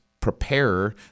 preparer